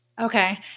Okay